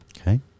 Okay